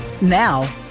Now